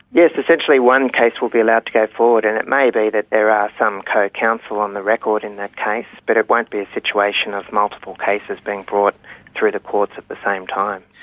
yes, essentially one case will be allowed to go forward, and it may be that ah some co-counsel on the record in that case, but it won't be situation of multiple cases being brought through the courts at the same time.